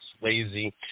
lazy